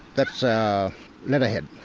that's a leatherhead.